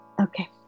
Okay